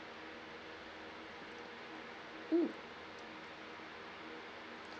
mm